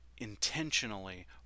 intentionally